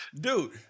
Dude